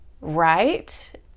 right